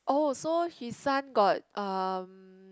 oh so his son got uh